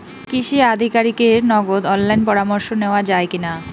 কৃষি আধিকারিকের নগদ অনলাইন পরামর্শ নেওয়া যায় কি না?